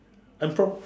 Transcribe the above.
I'm from